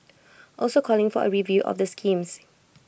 also calling for A review of the schemes